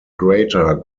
greater